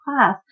class